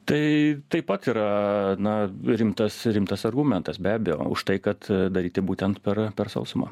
tai taip pat yra na rimtas rimtas argumentas be abejo už tai kad daryti būtent per per sausumą